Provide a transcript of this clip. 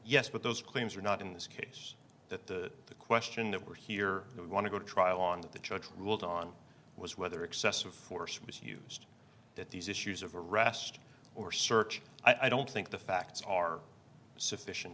yes but those claims are not in this case that the question that we're here we want to go to trial on that the judge ruled on was whether excessive force was used that these issues of arrest or search i don't think the facts are sufficient